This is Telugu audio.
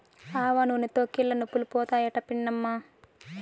ఆవనూనెతో కీళ్లనొప్పులు పోతాయట పిన్నమ్మా